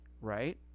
Right